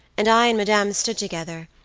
and i and madame stood together,